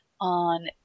on